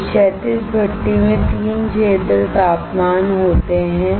इस क्षैतिज भट्टी में 3 क्षेत्र तापमान होते हैं